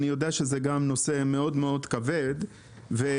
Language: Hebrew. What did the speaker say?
אני יודע שגם זה נושא כבד ביותר,